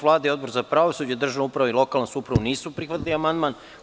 Vlada i Odbor za pravosuđe, državnu upravu i lokalnu samoupravu nisu prihvatili amandman.